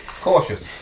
Cautious